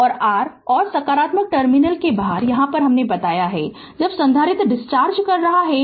और r और सकारात्मक टर्मिनल के बाहर यहाँ हमने बताया जब संधारित्र डिस्चार्ज कर रहा है